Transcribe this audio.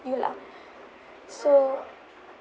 you lah so